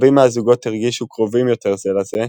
רבים מהזוגות הרגישו קרובים יותר זה לזה,